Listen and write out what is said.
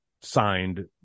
signed